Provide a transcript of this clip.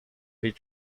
heat